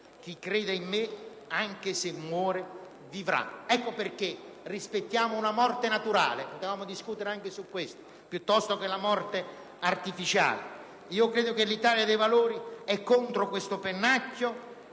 chi crede in me, anche se muore, vivrà"». Ecco perché rispettiamo una morte naturale - avremmo potuto discutere anche su questo - piuttosto che la morte artificiale. L'Italia dei Valori è contro questo pennacchio